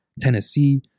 Tennessee